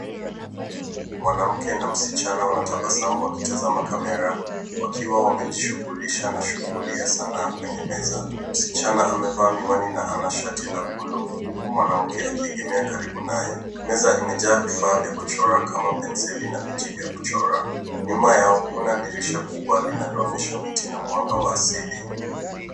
Mwanamke na msichana watabasamu wakitazama kamera wakiwa wamejishughulisha na shughuli ya sanaa kwenye meza. Msichana amevaa miwani na ana shati la buluu huku mwanamke akiegemea karibu naye. Meza imejaa vifaa vya kuchora kama penseli na vitu vya kuchora. Nyuma yao kuna dirisha kubwa linaloonyeha miti na mwanga wa asili.